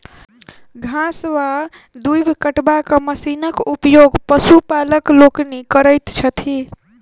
घास वा दूइब कटबाक मशीनक उपयोग पशुपालक लोकनि करैत छथि